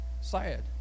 sad